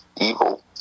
Evil